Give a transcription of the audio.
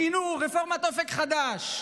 לחינוך, רפורמת אופק חדש.